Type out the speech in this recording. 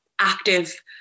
active